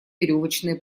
веревочные